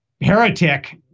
heretic